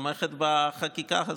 תומכת בחקיקה הזאת.